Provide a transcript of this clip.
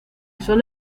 son